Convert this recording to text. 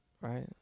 Right